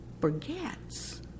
forgets